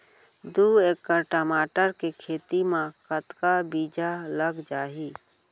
दू एकड़ टमाटर के खेती मा कतका बीजा लग जाही?